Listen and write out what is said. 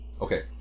Okay